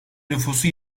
nüfusu